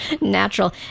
natural